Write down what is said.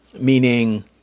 meaning